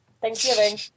Thanksgiving